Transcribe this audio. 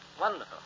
Wonderful